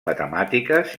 matemàtiques